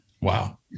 Wow